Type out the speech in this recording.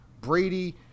Brady